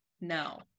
No